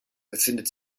befindet